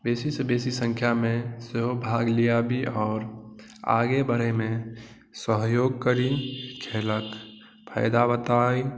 बेसीसंँ बेसी संख्यामे सेहो भाग लीआबी आओर आगे बढ़ैमे सहयोग करी खेलक फायदा बताबी